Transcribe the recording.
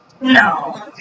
No